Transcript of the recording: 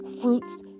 fruits